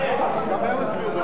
לסעיף 04,